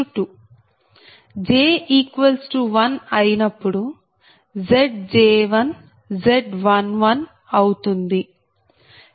j 1 అయినప్పుడు Zj1 Z11అవుతుంది